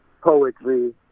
Poetry